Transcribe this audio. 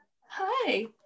Hi